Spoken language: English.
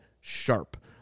sharp